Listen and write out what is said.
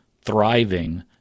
thriving